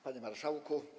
Panie Marszałku!